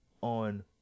on